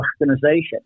organization